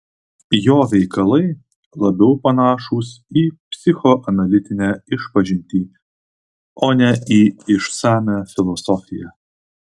jo veikalai labiau panašūs į psichoanalitinę išpažintį o ne į išsamią filosofiją